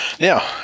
now